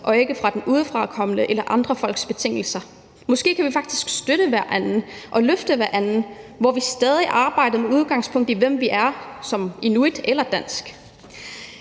og ikke på de udefrakommendes eller andre folks betingelser. Måske kan vi faktisk støtte hverandre og løfte hverandre, mens vi fortsat arbejder med udgangspunkt i, hvem vi er, som inuit eller dansk.